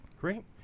great